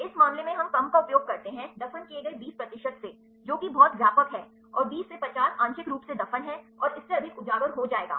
इस मामले में हम कम का उपयोग करते हैं दफन किए गए 20 प्रतिशत से जो कि बहुत व्यापक है और 20 से 50 आंशिक रूप से दफन है और इससे अधिक उजागर हो जाएगा